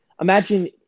imagine